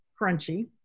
crunchy